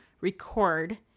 record